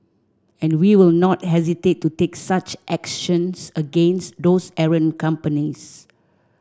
and we will not hesitate to take such actions against those errant companies